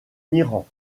iran